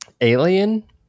alien